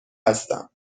هستم